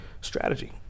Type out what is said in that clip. strategy